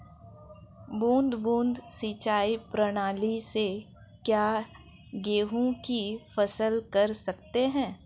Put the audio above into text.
बूंद बूंद सिंचाई प्रणाली से क्या गेहूँ की फसल कर सकते हैं?